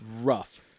rough